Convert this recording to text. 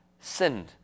sinned